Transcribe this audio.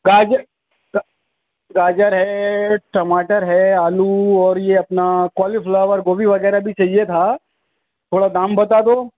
گاجر گاجر ہے ٹماٹر ہے آلو اور یہ اپنا کولی فلوور گوبھی وغیرہ بھی چاہیے تھا تھوڑا دام بتا دو